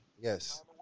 yes